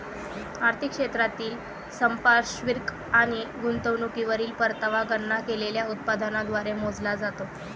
आर्थिक क्षेत्रातील संपार्श्विक आणि गुंतवणुकीवरील परतावा गणना केलेल्या उत्पन्नाद्वारे मोजला जातो